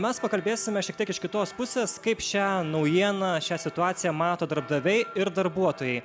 mes pakalbėsime šiek tiek iš kitos pusės kaip šią naujieną šią situaciją mato darbdaviai ir darbuotojai